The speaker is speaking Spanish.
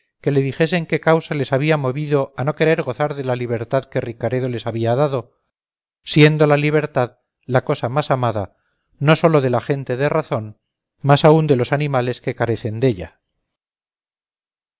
que le dijesen qué causa les había movido a no querer gozar de la libertad que ricaredo les había dado siendo la libertad la cosa más amada no sólo de la gente de razón más aún de los animales que carecen della